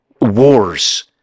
Wars